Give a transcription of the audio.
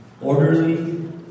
orderly